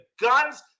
guns